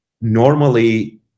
normally